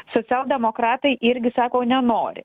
socialdemokratai irgi sako nenori